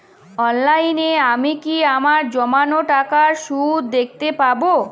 অনলাইনে আমি কি আমার জমানো টাকার সুদ দেখতে পবো?